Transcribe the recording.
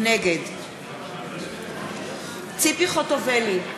נגד ציפי חוטובלי,